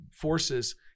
forces